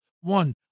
One